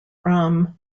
ram